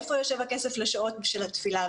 איפה יושב הכסף לשעות של התפילה,